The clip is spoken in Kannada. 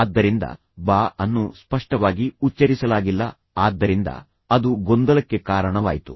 ಆದ್ದರಿಂದ ಬಾ ಅನ್ನು ಸ್ಪಷ್ಟವಾಗಿ ಉಚ್ಚರಿಸಲಾಗಿಲ್ಲ ಆದ್ದರಿಂದ ಅದು ಗೊಂದಲಕ್ಕೆ ಕಾರಣವಾಯಿತು